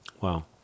Wow